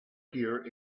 here